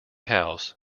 house